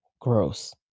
gross